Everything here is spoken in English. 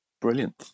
brilliant